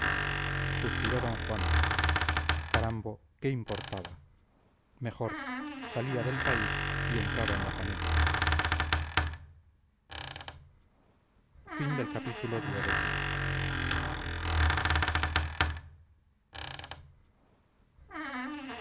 suspiró d juan carambo qué importaba mejor salía del país y entraba en la familia